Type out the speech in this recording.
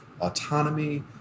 autonomy